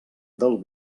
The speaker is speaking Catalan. del